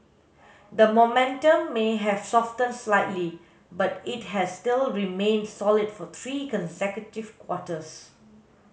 the momentum may have softened slightly but it has still remained solid for three consecutive quarters